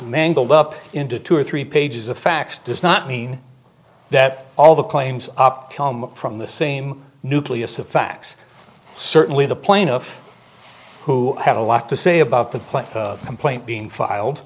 mangled up into two or three pages of facts does not mean that all the claims up come from the same nucleus of facts certainly the plaintiff who had a lot to say about the complaint being